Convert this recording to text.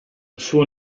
suo